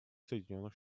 соединенных